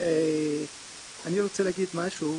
אני רוצה להגיד משהו,